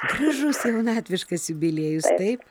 gražus jaunatviškas jubiliejus taip